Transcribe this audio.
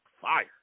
Fire